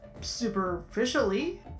superficially